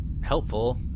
helpful